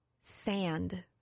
Sand